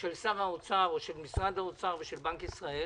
של שר האוצר או של משרד האוצר ושל בנק ישראל.